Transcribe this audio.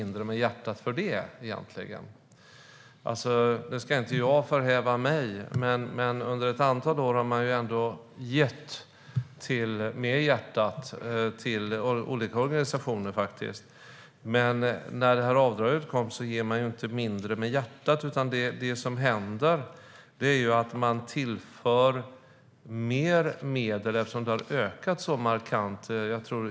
Nu ska inte jag förhäva mig, men under ett antal år har man ju ändå gett med hjärtat till olika organisationer. När avdraget kom gav man inte mindre med hjärtat för det, utan det som händer är att det tillförs mer medel. Det har ökat markant.